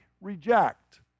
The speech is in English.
reject